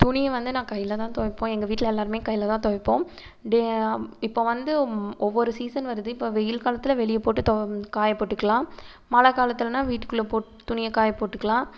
துணியை வந்து நான் கையில் தான் துவைப்போம் எங்கள் வீட்டில் எல்லாேருமே கையில் தான் துவைப்போம் டே இப்போ வந்து ஒவ்வொரு சீசன் வருது இப்போ வெயில் காலத்தில் வெளியே போட்டு துவ காய போட்டுக்கலாம் மழை காலத்துலேனா வீட்டுக்குள்ளே போட்டு துணியை காய போட்டுக்கலாம்